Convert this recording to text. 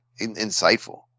insightful